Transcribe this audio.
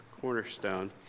cornerstone